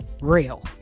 real